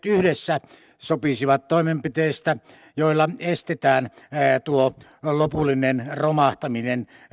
yhdessä sopisivat toimenpiteistä joilla estetään tuo lopullinen romahtaminen